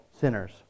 sinners